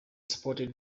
supported